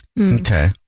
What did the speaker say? okay